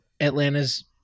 Atlanta's